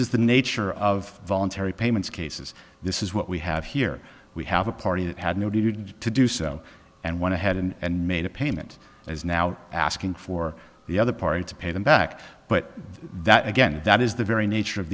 is the nature of voluntary payments cases this is what we have here we have a party that had to do so and went ahead and made a payment is now asking for the other party to pay them back but that again that is the very nature of